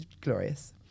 glorious